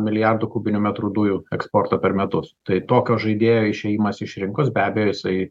milijardų kubinių metrų dujų eksporto per metus tai tokio žaidėjo išėjimas iš rinkos be abejo jisai